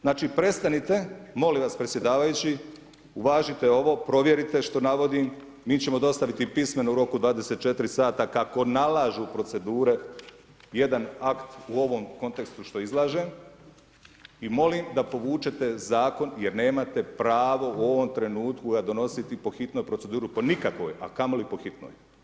Znači prestanite, molim vas predsjedavajući uvažiti ovo, provjerite što navodim, mi ćemo dostaviti pismeno u roku 24 sata kako nalažu procedure, jedan akt u ovom kontekstu što izlažem, i molim da povučete Zakon jer nemate pravo u ovom trenutku ga donositi po hitnoj proceduri, po nikakvoj, a kamoli po hitnoj.